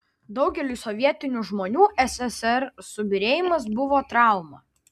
daugeliui sovietinių žmonių sssr subyrėjimas buvo trauma